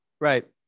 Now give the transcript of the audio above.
Right